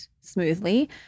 smoothly